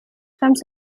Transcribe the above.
خمس